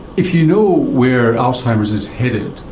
if you know where alzheimer's is headed,